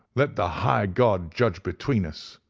let the high god judge between us.